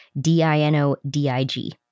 D-I-N-O-D-I-G